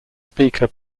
speaker